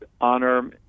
honor